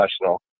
professional